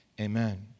Amen